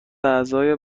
اعضای